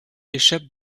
échappe